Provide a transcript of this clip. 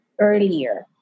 earlier